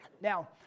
Now